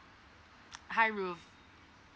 hi ruth